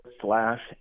slash